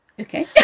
okay